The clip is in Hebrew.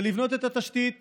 לבנות את התשתית